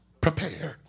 prepared